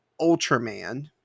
Ultraman